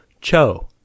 Cho